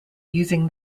using